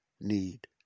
need